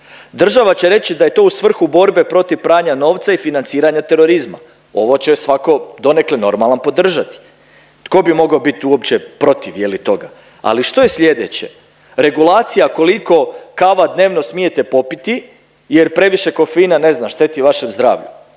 Država će reći da je to u svrhu borbe protiv pranja novca i financiranja terorizma, ovo će svako donekle normalan podržati. Tko bi mogao bit uopće protiv je li toga, ali što je slijedeće? Regulacija koliko kava dnevno smijete popiti jer previše kofeina ne znam šteti vašem zdravlju